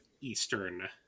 eastern